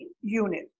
unit